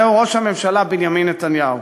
זהו ראש הממשלה בנימין נתניהו.